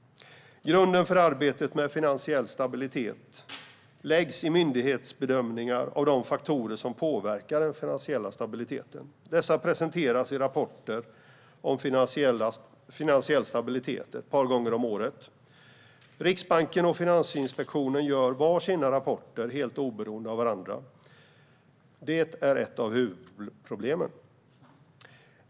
Grunden för arbetet med finansiell stabilitet läggs i myndighetsbedömningar av de faktorer som påverkar den finansiella stabiliteten. Dessa presenteras i rapporter om finansiell stabilitet ett par gånger om året. Riksbanken och Finansinspektionen gör var sin rapport helt oberoende av varandra, och det är ett av huvudproblemen.